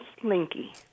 slinky